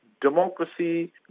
Democracy